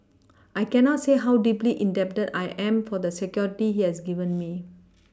I cannot say how deeply indebted I am for the security he has given me